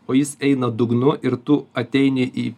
o jis eina dugnu ir tu ateini į